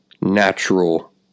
natural